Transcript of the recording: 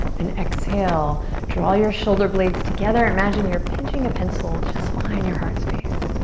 and exhale draw your shoulder blades together. imagine you're pitching a pencil just behind your heart space.